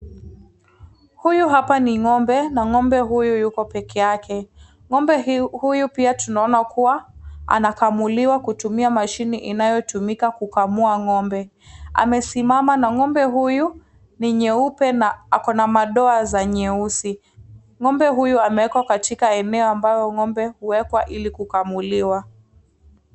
Huyu hapa ni ng'ombe na ng'ombe huyu yuko peke yake. Ng'ombe huyu pia tunaona kuwa anakamuliwa kutumia mashini inayotumika kukamua ng'ombe. Amesimama na ng'ombe huyu ni nyeupe na ako na madoa za nyeusi. Ng'ombe huyu amewekwa katika eneo ambapo ng'ombe huwekwa ili kukamuliwa.